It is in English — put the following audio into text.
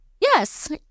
Yes